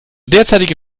derzeitige